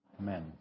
Amen